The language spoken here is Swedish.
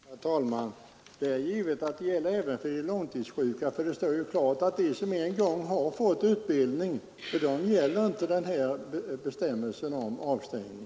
Herr talman! Det är givet att det gäller även de långtidssjuka; det står ju klart, att för dem som en gång fått utbildning gäller inte den här bestämmelsen om avstängning.